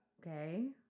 Okay